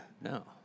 No